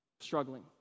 struggling